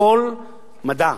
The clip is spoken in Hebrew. הכול מדע.